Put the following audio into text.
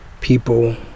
people